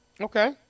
Okay